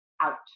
out